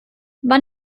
war